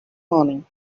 morning